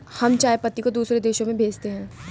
हम चाय पत्ती को दूसरे देशों में भेजते हैं